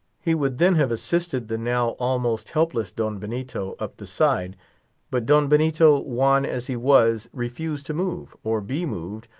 he would then have assisted the now almost helpless don benito up the side but don benito, wan as he was, refused to move, or be moved,